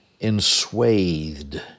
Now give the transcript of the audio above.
enswathed